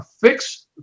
fix